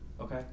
Okay